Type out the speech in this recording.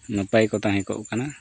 ᱱᱟᱯᱟᱭ ᱠᱚ ᱛᱟᱦᱮᱸ ᱠᱚᱜ ᱠᱟᱱᱟ